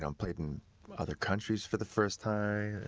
um played in other countries for the first time.